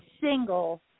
single